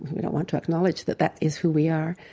we don't want to acknowledge that that is who we are.